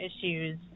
issues